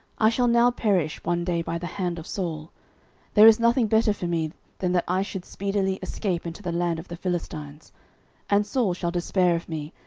i shall now perish one day by the hand of saul there is nothing better for me than that i should speedily escape into the land of the philistines and saul shall despair of me,